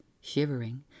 shivering